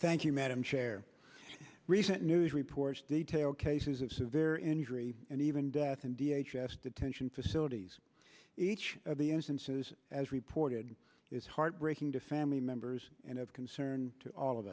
thank you madam chair recent new reports detail cases of severe injury and even death and d h s detention facilities each of the instances as reported is heartbreaking to family members and of concern to all of